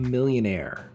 Millionaire